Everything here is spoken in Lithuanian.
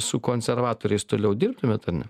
su konservatoriais toliau dirbtumėt ar ne